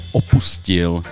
opustil